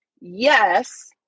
Yes